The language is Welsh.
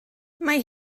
mae